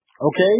Okay